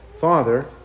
Father